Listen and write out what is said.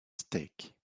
stake